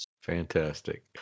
Fantastic